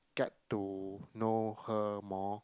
get to know her more